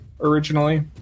originally